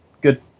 Good